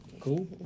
Cool